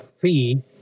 fee